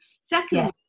Second